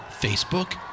Facebook